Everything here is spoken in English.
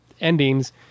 endings